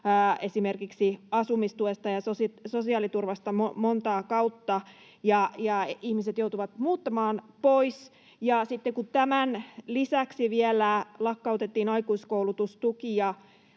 esimerkiksi asumistuesta ja sosiaaliturvasta montaa kautta, ja ihmiset joutuvat muuttamaan pois. Ja sitten kun tämän lisäksi vielä lakkautettiin aikuiskoulutustuki